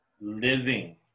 living